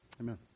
Amen